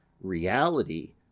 reality